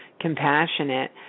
compassionate